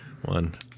one